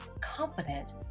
confident